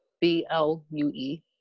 B-L-U-E